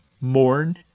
mourn